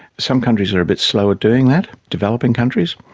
some countries are a bit slower doing that, developing countries,